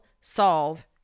solve